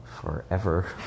forever